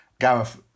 Gareth